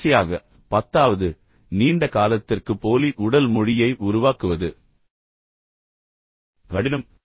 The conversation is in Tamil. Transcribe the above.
கடைசியாக பத்தாவது நீண்ட காலத்திற்கு போலி உடல் மொழியை உருவாக்குவது கடினம்